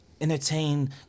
entertain